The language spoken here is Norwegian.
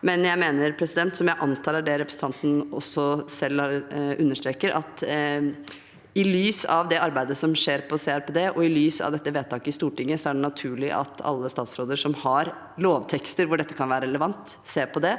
for. Jeg mener, som jeg antar er det representanten også selv understreker, at i lys av det arbeidet som skjer på CRPD, og i lys av dette vedtaket i Stortinget, er det naturlig at alle statsråder som har lovtekster hvor dette kan være relevant, ser på det